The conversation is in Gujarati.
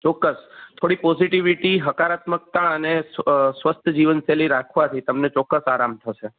ચોક્કસ થોડી પોઝિટિવિટી હકારાત્મકતા અને સ્વસ્થ જીવનશૈલી રાખવાથી તમને ચોક્કસ આરામ થશે